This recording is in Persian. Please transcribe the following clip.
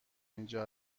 اینجا